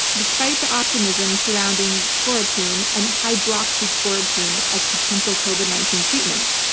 despite the optimism surrounding chloroquine and hydroxychloroquine as potential covid nineteen treatments,